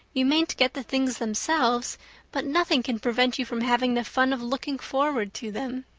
you mayn't get the things themselves but nothing can prevent you from having the fun of looking forward to them.